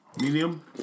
Medium